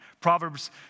Proverbs